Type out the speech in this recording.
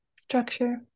structure